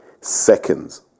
seconds